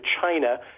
China